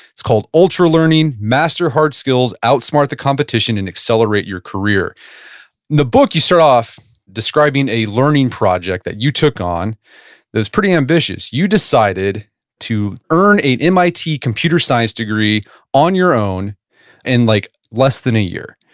it's called ultralearning master hard skills, outsmart the competition and accelerate your career the book you start off describing a learning project that you took on that was pretty ambitious. you decided to earn an mit computer science degree on your own in like less than a year.